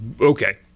Okay